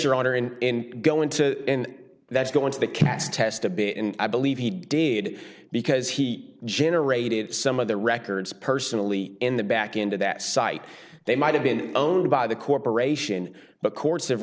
your honor and in going to and that's going to the cast test a bit and i believe he did because he generated some of the records personally in the back end of that site they might have been owned by the corporation but cour